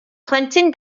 plentyn